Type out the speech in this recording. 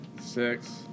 six